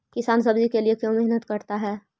किसान सब्जी के लिए क्यों मेहनत करता है?